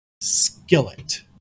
skillet